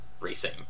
racing